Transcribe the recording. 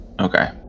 Okay